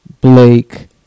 Blake